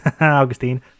Augustine